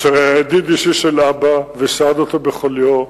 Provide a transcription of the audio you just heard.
אשר היה ידיד אישי של אבא וסעד אותו בחוליו,